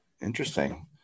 Interesting